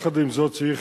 2. יחד עם זאת,